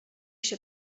się